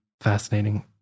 fascinating